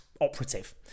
operative